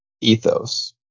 ethos